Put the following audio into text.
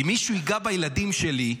אם מישהו ייגע בילדים שלי,